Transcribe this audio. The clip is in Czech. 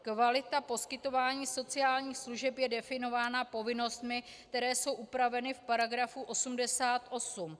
Kvalita poskytování sociálních služeb je definována povinnostmi, které jsou upraveny v § 88.